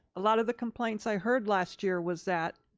a lot of the complaints i heard last year was that